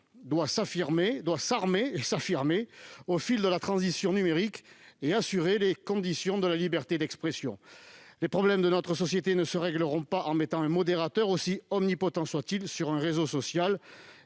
doit s'armer et s'affirmer au fil de la transition numérique et assurer les conditions de la liberté d'expression. Les problèmes de notre société ne se régleront pas en mettant un modérateur, aussi omnipotent soit-il, sur un réseau social,